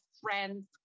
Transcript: friends